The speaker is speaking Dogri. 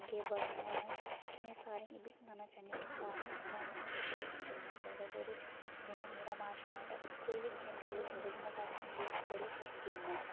अग्गें बढ़ना ऐ कि में सारें ई एह्बी चाहन्नीं कि सारें ई अपना इक स्पोर्ट चुनना चाहिदा जेह्दे च जि'यां मेरा मार्शल आर्ट कोई बी गेम खे'ल्ली सकदे इ'यां साढ़े इंडिया च बड़ी सारी गेमां ऐ